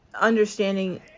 understanding